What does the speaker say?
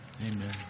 Amen